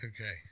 okay